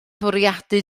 bwriadu